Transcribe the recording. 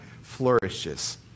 flourishes